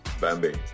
Bambi